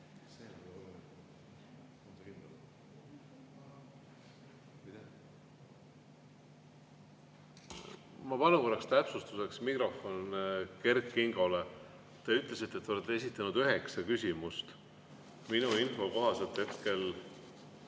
Ma palun korraks täpsustuseks mikrofon Kert Kingole. Te ütlesite, et te olete esitanud üheksa küsimust. Minu info kohaselt